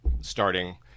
starting